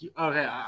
Okay